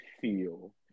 feel